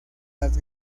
las